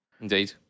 Indeed